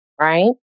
right